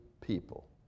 people